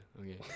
Okay